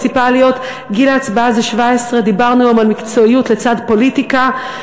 גיל ההצבעה זה 17. דיברנו היום על מקצועיות לצד פוליטיקה,